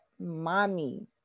mommy